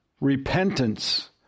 repentance